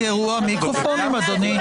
נסגרו המיקרופונים, אדוני?